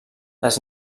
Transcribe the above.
les